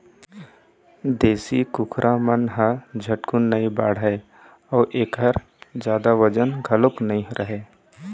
देशी कुकरा मन ह झटकुन नइ बाढ़य अउ एखर जादा बजन घलोक नइ रहय